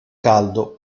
caldo